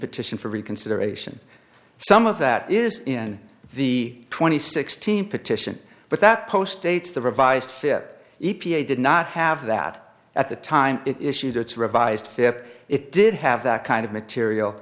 petition for reconsideration some of that is in the twenty sixteen petition but that post dates the revised fit e p a did not have that at the time it issued its revised fip it did have that kind of material